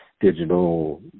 digital